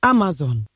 Amazon